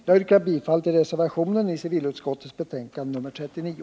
Jag yrkar bifall till reservationen vid civilutskottets betänkande nr 39.